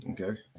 Okay